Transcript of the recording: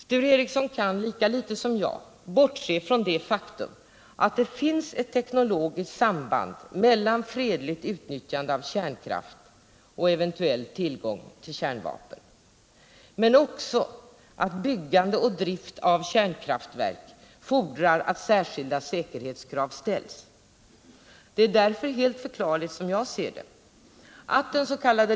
Sture Ericson kan lika litet som jag bortse från det faktum att det finns ett teknologiskt samband mellan fredligt utnyttjande av kärnkraft och eventuell tillgång till kärnvapen, men också att byggande och drift av kärnkraftverk fordrar att särskilda säkerhetskrav ställs. Det är därför helt förklarligt, som jag serdet, att dens.k.